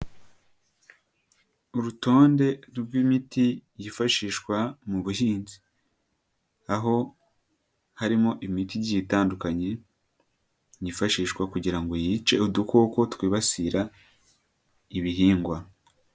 Urutonde rw'imiti yifashishwa mu buhinzi. Aho harimo imiti igiye itandukanye yifashishwa kugira ngo yice udukoko twibasira ibihingwa.